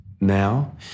now